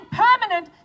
permanent